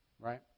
Right